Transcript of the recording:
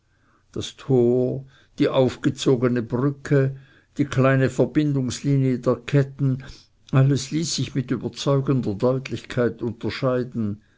das tor die aufgezogene brücke die kleine verbindungslinie der ketten alles ließ sich mit überzeugender deutlichkeit unterscheiden